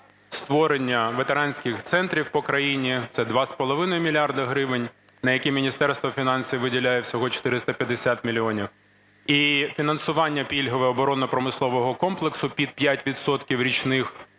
створення ветеранських центрів по країні, це 2,5 мільярда гривень, на які Міністерство фінансів виділяє всього 450 мільйонів. І фінансування пільгове оборонно-промислового комплексу під 5 відсотків